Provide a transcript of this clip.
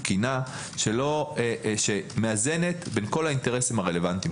תקינה שמאזנת בין כל האינטרסים הרלוונטיים.